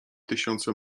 tysiące